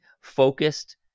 focused